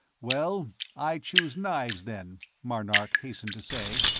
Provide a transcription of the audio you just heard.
well, i choose knives, then, marnark hastened to say.